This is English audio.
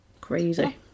crazy